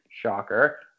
Shocker